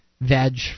veg